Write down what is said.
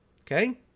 Okay